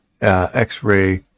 X-ray